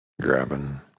grabbing